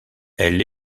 elle